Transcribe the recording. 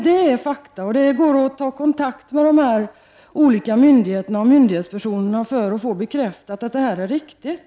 Detta är fakta, och det går att ta kontakt med dessa olika myndigheter och myndighetspersoner och få bekräftat att detta är riktigt.